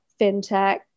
fintech